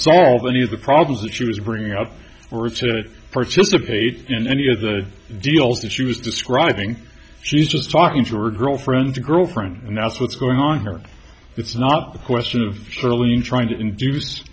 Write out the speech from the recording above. solve any of the problems that she was bringing up or to participate in any of the deals that she was describing she was just talking to her girlfriend to girlfriend and that's what's going on here it's not a question of erling trying to induce